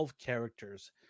characters